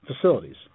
facilities